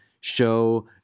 show